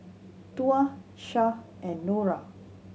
Tuah Syah and Nura